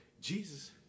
Jesus